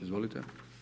Izvolite.